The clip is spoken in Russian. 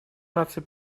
наций